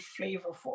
flavorful